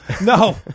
No